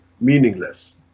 meaningless